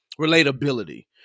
relatability